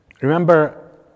Remember